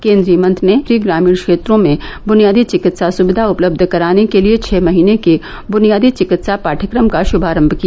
केन्द्रीय मंत्री ग्रामीण क्षेत्रों में बुनियादी चिकित्सा सुविधा उपलब्ध कराने के लिए छ महीने के बुनियादी चिकित्सा पाठ्यक्रम का प्रभारम्भ किया